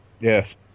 Yes